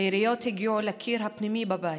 היריות הגיעו לקיר הפנימי בבית.